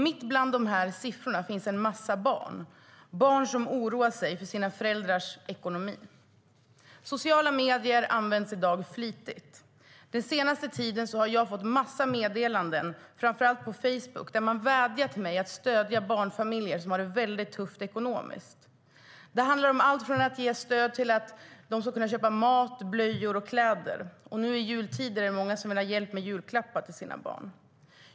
Mitt bland de siffrorna finns en massa barn, barn som oroar sig för sina föräldrars ekonomi. Sociala medier används i dag flitigt. Den senaste tiden har jag fått en massa meddelanden framför allt på Facebook, där man vädjar till mig att stödja barnfamiljer som har det väldigt tufft ekonomiskt. Det handlar om allt från att ge stöd till att de ska kunna köpa mat, blöjor och kläder, och nu i jultider är det många som vill ha hjälp med julklappar till sina barn.